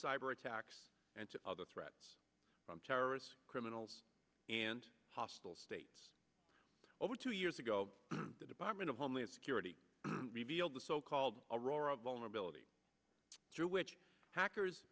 cyber attacks and to other threats from terrorists criminals and hostile states over two years ago the department of homeland security revealed the so called aurora vulnerability to which hackers